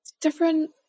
different